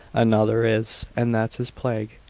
another is, and that's his plague.